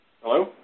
Hello